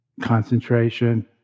concentration